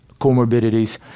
comorbidities